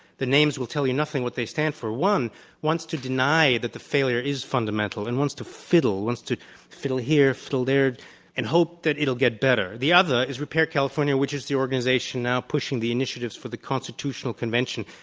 the names will tell you nothing what they stand for, one wants to deny that the failure is fundamental and wants to fiddle, wants to fiddle here, fiddle and hope that it'll get better, the other is repair california which is the organization now pushing the initiatives for the constitutional convention.